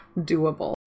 doable